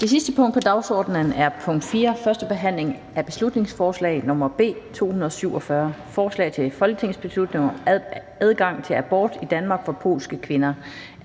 Det sidste punkt på dagsordenen er: 4) 1. behandling af beslutningsforslag nr. B 247: Forslag til folketingsbeslutning om adgang til abort i Danmark for polske kvinder.